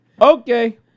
Okay